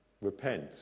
Repent